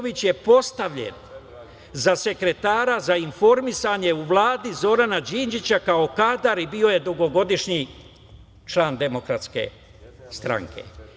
Filipović je postavljen za sekretara za informisanje u Vladi Zorana Đinđića kao kadar i bio je dugogodišnji član Demokratske stranke.